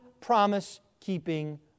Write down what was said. promise-keeping